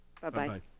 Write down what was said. Bye-bye